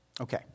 Okay